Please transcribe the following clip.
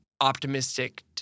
optimistic